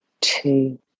two